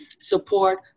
support